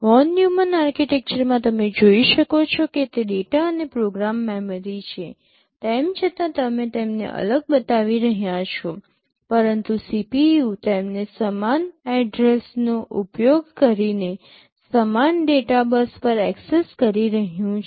von Neumann આર્કિટેક્ચરમાં તમે જોઈ શકો છો તે ડેટા અને પ્રોગ્રામ મેમરી છે તેમ છતાં તમે તેમને અલગ બતાવી રહ્યાં છો પરંતુ CPU તેમને સમાન એડ્રેસનો ઉપયોગ કરીને સમાન ડેટા બસ પર એક્સેસ કરી રહ્યું છે